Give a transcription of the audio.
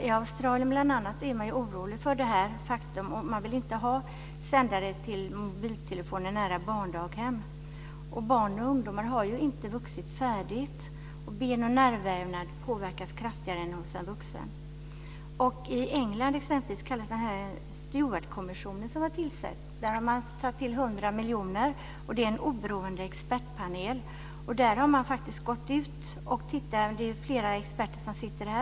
I Australien bl.a. är man orolig för detta faktum. Man vill inte ha sändare till mobiltelefoner nära barndaghem. Barn och ungdomar har ju inte vuxit färdigt, och ben och nervvävnad påverkas kraftigare än hos en vuxen. I England har man tillsatt den s.k. Stewartkommissionen som tillförts 100 miljoner. Det är en oberoende expertpanel som flera experter är med i.